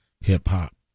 hip-hop